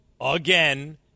again